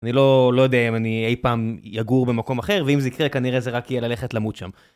הכלב שלי בוף ממש חמוד